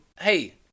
hey